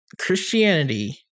christianity